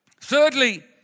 Thirdly